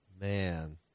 man